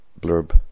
blurb